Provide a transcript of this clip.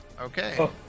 Okay